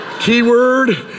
keyword